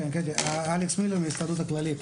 אלכס מילר מההסתדרות הכללית.